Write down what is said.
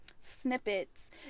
snippets